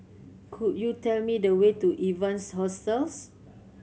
could you tell me the way to Evans Hostels